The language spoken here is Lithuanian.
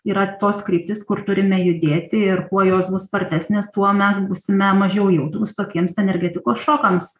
yra tos kryptys kur turime judėti ir kuo jos bus spartesnės tuo mes būsime mažiau jautrūs tokiems energetikos šokams